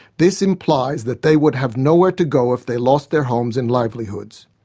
this implies that they would have nowhere to go if they lost their homes and livelihoods.